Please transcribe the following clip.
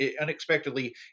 unexpectedly